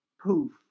poof